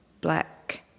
Black